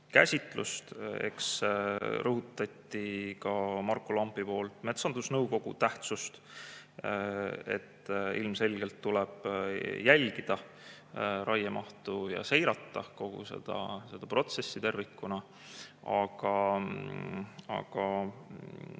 käsitlust. Marku Lamp rõhutas ka metsandusnõukogu tähtsust, et ilmselgelt tuleb jälgida raiemahtu ja seirata kogu seda protsessi, tervikuna. Aga